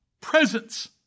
presence